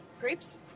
Grapes